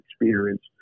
experience